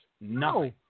No